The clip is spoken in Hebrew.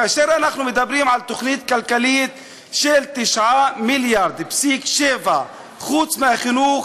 כאשר אנחנו מדברים על תוכנית כלכלית של 9.7 מיליארד חוץ מהחינוך,